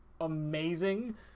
amazing